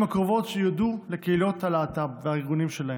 הקרובות שיועדו לקהילות הלהט"ב והארגונים שלהם,